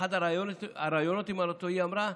ובאחד הראיונות איתה היא אמרה: